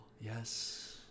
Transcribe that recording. yes